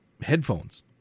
headphones